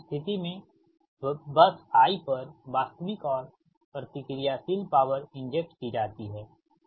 तो इस स्थिति में बस I पर वास्तविक और प्रतिक्रियाशील पॉवर इंजेक्ट की जाती है